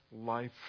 life